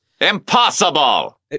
Impossible